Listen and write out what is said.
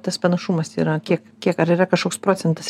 tas panašumas yra kiek kiek ar yra kažkoks procentas